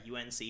UNC